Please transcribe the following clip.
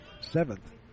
seventh